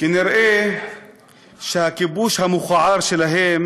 כנראה הכיבוש המכוער שלהם